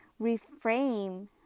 reframe